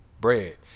bread